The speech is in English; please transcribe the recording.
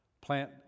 plant